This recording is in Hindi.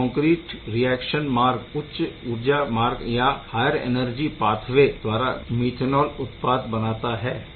यह कॉनक्रीट रिएक्शन मार्ग उच्च ऊर्जा मार्ग या हायर एनर्जी पथवेय द्वारा मीथेनॉल उत्पाद बनाता है